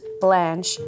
Blanche